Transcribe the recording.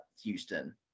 Houston